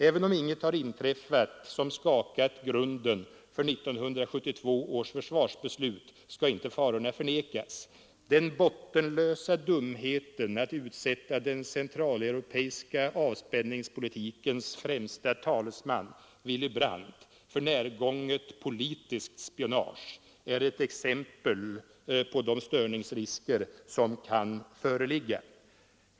Även om inget har inträffat som skakat grunden för 1972 års försvarsbeslut skall inte farorna förnekas. Den bottenlösa dumheten att utsätta den centraleuropeiska avspänningspolitikens främsta talesman, Willy Brandt, för närgånget politiskt spionage är ett exempel på de störningsrisker som kan föreligga.